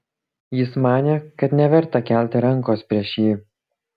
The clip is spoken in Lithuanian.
jis manė kad neverta kelti rankos prieš jį